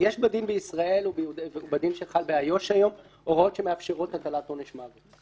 יש בדין בישראל ובדין שחל באיו"ש היום הוראות שמאפשרות הטלת עונש מוות.